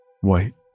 white